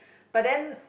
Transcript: but then